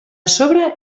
sobre